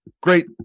great